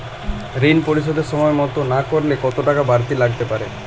ঋন পরিশোধ সময় মতো না করলে কতো টাকা বারতি লাগতে পারে?